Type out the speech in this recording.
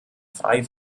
frei